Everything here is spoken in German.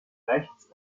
rechts